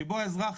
שבו האזרח,